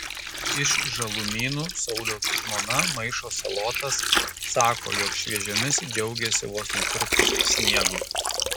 iš žalumynų sauliaus žmona maišo salotas sako jog šviežiomis džiaugiasi vos nutirpus sniegui